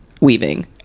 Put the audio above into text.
weaving